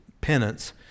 penance